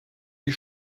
die